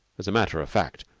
as a matter of fact,